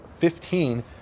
15